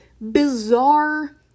bizarre